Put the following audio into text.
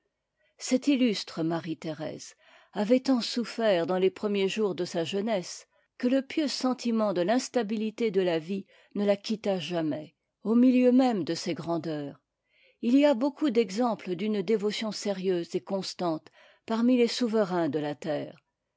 cette illustre marie-thérèse avait tant souffert dans les premiers jours de sa jeunesse que le pieux sentiment de l'instabilité de la vie ne la quitta jamais au milieu même de ses grandeurs il y a beaucoup d'exemples d'une dévotion sérieuse et constante parmi les souverains de la terre